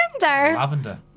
Lavender